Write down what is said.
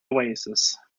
oasis